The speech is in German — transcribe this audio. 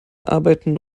arbeiten